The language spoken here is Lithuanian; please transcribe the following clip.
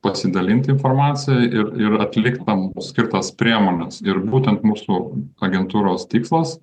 pasidalinti informacija ir ir atlik tam skirtas priemones ir būtent mūsų agentūros tikslas